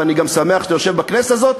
ואני גם שמח שאתה יושב בכנסת הזאת,